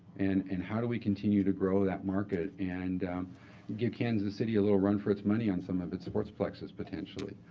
and and how do we continue to grow that market and give kansas city a little run for its money on some of its sports plexes potentially,